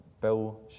Bill